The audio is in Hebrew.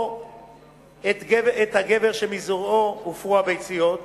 או הגבר שמזרעו הופרו הביציות,